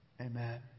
Amen